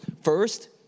First